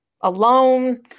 alone